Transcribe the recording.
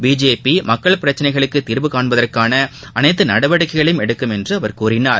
BJP மக்கள் பிரச்சினைகளுக்கு தீர்வு காண்பதற்கான அனைத்து நடவடிக்கைகளையும் எடுக்கும் என்றும் அவர் கூறினார்